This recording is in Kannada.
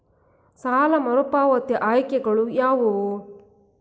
ಸಾಲ ಮರುಪಾವತಿ ಆಯ್ಕೆಗಳು ಯಾವುವು?